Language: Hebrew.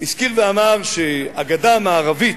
הזכיר ואמר שהגדה המערבית,